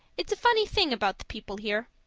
it's a funny thing about the people here.